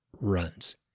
runs